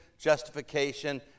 justification